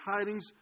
tidings